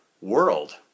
world